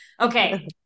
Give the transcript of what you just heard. Okay